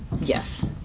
Yes